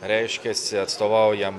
reiškiasi atstovaujam